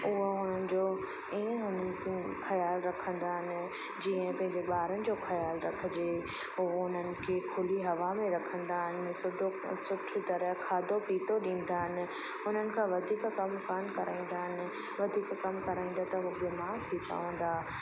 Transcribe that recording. उहा उन्हनि जो इअं ई ख़्यालु रखंदा आहिनि जीअं पंहिंजे ॿारनि जो ख़्यालु रखिजे उहा उन्हनि खे खुली हवा में रखंदा आहिनि सुठो सुठी तरह खाधो पीतो ॾींदा आहिनि उन्हनि खां वधीक कमु कान कराईंदा आहिनि वधीक कमु कंदे त उहो बीमार थी पवंदा